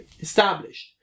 established